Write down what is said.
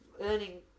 earning